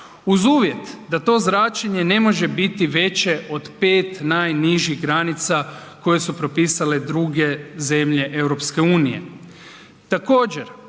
uz uvjet da to zračenje ne može biti veće od 5 najnižih granica koje su propisale druge zemlje EU.